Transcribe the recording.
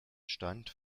stand